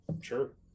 sure